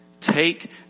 take